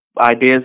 ideas